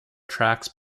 tracks